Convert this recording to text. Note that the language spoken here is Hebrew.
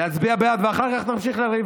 להצביע בעד ואחר כך נמשיך לריב,